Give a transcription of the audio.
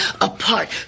apart